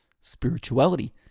spirituality